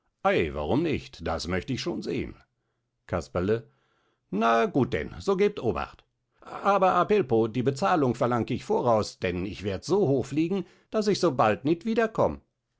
warum nicht das möcht ich schon sehen casperle na gut denn so gebt obacht aber apelpo die bezahlung verlang ich voraus denn ich werd so hoch fliegen daß ich so bald nit